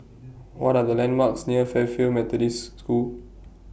What Are The landmarks near Fairfield Methodist School